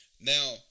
Now